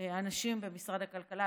ומהאנשים במשרד הכלכלה,